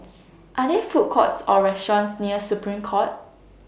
Are There Food Courts Or restaurants near Supreme Court